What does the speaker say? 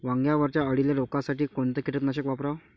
वांग्यावरच्या अळीले रोकासाठी कोनतं कीटकनाशक वापराव?